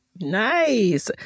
Nice